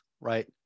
right